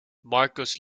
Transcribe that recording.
marcus